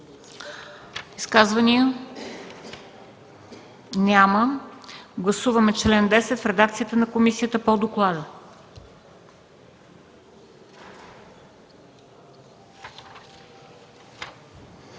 Изказвания? Няма. Гласуваме чл. 12 в редакцията на комисията по доклада.